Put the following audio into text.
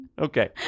Okay